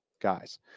guys